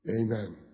Amen